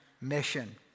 mission